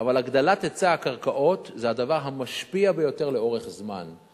אבל הגדלת היצע הקרקעות זה הדבר המשפיע ביותר לאורך זמן.